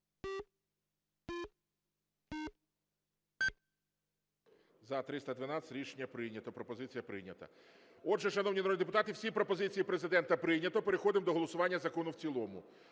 За-312 Рішення прийнято. Пропозиція прийнята. Отже, шановні народні депутати, всі пропозиції Президента прийнято, переходимо до голосування закону в цілому.